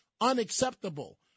unacceptable